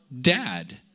Dad